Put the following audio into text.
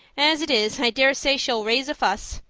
as it is, i daresay she'll raise a fuss.